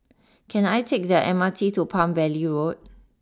can I take the M R T to Palm Valley Road